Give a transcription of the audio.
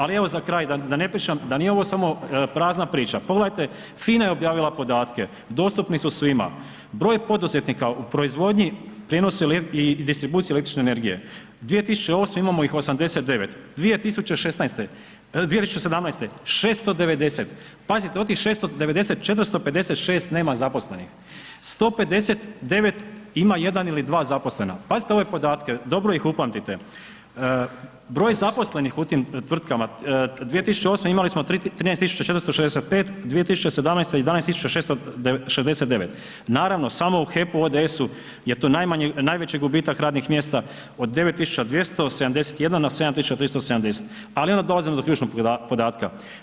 Ali evo za kraj da ne pričam, da nije ovo samo prazna priča, pogledajte FINA je objavila podatke, dostupni su svima, broj poduzetnika u proizvodnji, prijenosu i distribuciji električne energije, 2008. imamo ih 89, 2017. 690, pazite, od tih 690, 456 nema zaposlenih, 159 ima 1 ili 2 zaposlena, pazite ove podatke, dobro ih upamtite, broj zaposlenih u tim tvrtkama 2008. imali smo 13 465, 2017. 11.669, naravno samo u HEP-u ODS-u je to najveći gubitak radnih mjesta od 9271 na 7370, ali onda dolazimo do ključnog podatka.